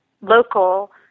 local